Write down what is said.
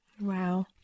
wow